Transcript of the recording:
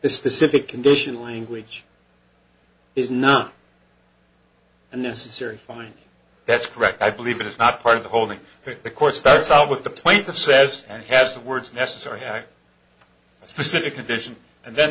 this specific condition language is not a necessary fine that's correct i believe it is not part of the holding the court starts out with the plaintiff says and has the words necessary have a specific condition and then